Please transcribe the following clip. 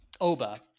Oba